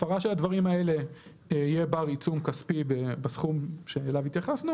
הפרה של הדברים האלה יהיה בה עיצום כספי בסכום שאליו התייחסנו